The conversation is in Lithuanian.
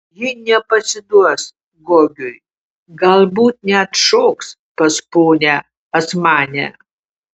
ji nepasiduos gogiui galbūt net šoks pas ponią asmanę